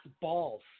balls